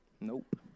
nope